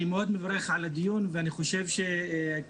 אני מאוד מברך על הדיון ואני חושב שכל